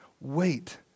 Wait